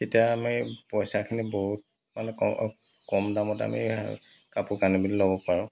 তেতিয়া আমি পইচাখিনি বহুত মানে ক কম দামত আমি কাপোৰ কানি ল'ব পাৰো